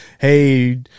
hey